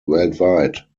weltweit